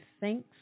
thanks